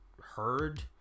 heard